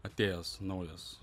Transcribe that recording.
atėjęs naujas